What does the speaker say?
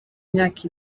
imyaka